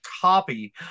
copy